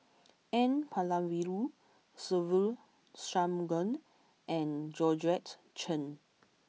N Palanivelu Se Ve Shanmugam and Georgette Chen